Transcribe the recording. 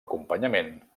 acompanyament